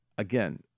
Again